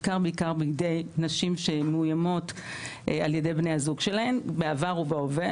בעיקר אצל נשים שמאוימות על ידי בני הזוג שלהן בעבר ובהווה.